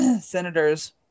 senators